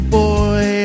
boy